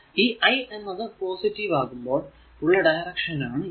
ഈ I എന്നത് positive ആകുമ്പോൾ ഉള്ള ഡയറക്ഷൻ ആണ് ഇത്